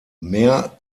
mehr